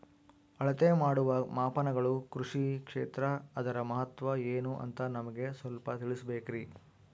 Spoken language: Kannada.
ಅಳತೆ ಮಾಡುವ ಮಾಪನಗಳು ಕೃಷಿ ಕ್ಷೇತ್ರ ಅದರ ಮಹತ್ವ ಏನು ಅಂತ ನಮಗೆ ಸ್ವಲ್ಪ ತಿಳಿಸಬೇಕ್ರಿ?